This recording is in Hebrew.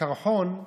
הקרחון,